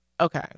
okay